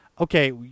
Okay